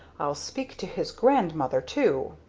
i'll speak to his grandmother too!